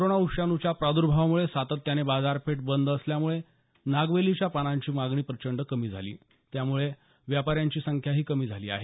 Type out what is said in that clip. corona विषाणूच्या प्रादुर्भावामुळे सातत्याने बाजारपेठा बंद असल्यामुळे नागवेलीच्या पानांची मागणी प्रचंड कमी झाली त्यामुळे व्यापाऱ्यांची संख्याही कमी झाली आहे